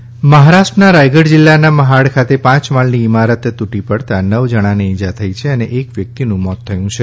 મકાન રાહત મહારાષ્ટ્રના રાયગઢ જિલ્લાના મહાડ ખાતે પાંચ માળની ઇમારત તૂટી પડતા નવ જણાને ઇજા થઇ છે અને એક વ્યક્તિનું મોત થયું છે